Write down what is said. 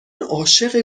عاشق